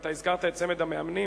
אבל אתה הזכרת את צמד המאמנים.